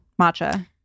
matcha